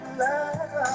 love